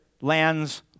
lands